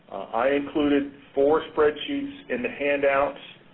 i included four spreadsheets in the handouts.